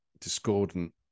discordant